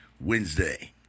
Wednesday